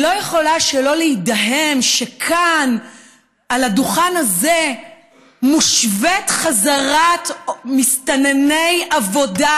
אני לא יכולה שלא להידהם שכאן על הדוכן הזה מושווית חזרת מסתנני עבודה